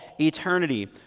eternity